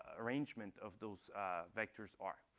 arrangement of those vectors are.